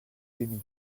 demi